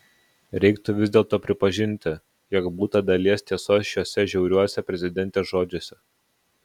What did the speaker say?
reiktų vis dėlto pripažinti jog būta dalies tiesos šiuose žiauriuose prezidentės žodžiuose